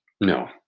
No